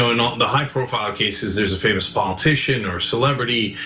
in all the high profile cases there's a famous politician or celebrity,